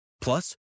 Plus